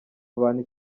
abantu